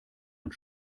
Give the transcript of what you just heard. und